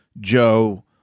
joe